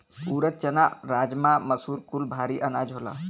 ऊरद, चना, राजमा, मसूर कुल भारी अनाज होला